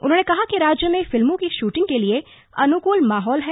उन्होंने कहा कि राज्य में फिल्मों की शूटिंग के लिए अनुकूल माहौल है